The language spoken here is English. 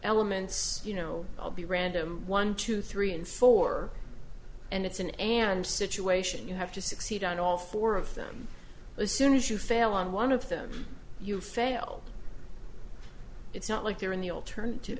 elements you know i'll be random one two three and four and it's an and situation you have to succeed on all four of them as soon as you fail on one of them you fail it's not like they're in the alternative